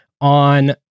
on